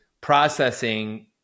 processing